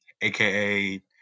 aka